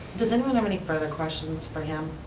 does anyone have any further questions for him?